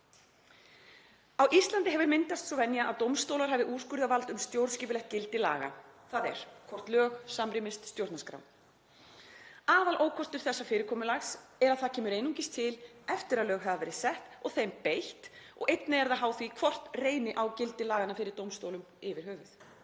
Á Íslandi hefur myndast sú venja að dómstólar hafi úrskurðarvald um stjórnskipulegt gildi laga, þ.e. hvort lög samrýmist stjórnarskrá. Aðalókostur þessa fyrirkomulags er að það kemur einungis til eftir að lög hafa verið sett og þeim beitt og einnig er það háð því hvort reyni á gildi laganna fyrir dómstólum yfir höfuð.